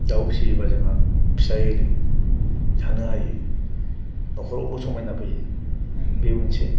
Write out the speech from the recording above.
दाउ फिसियोबा जोंहा फिसा एरि थानो हायो न'खरावबो समायना फैयो बे मोनसे